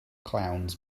clowns